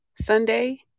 Sunday